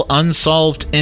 unsolved